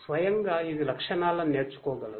స్వయంగా ఇది లక్షణాలను నేర్చుకోగలదు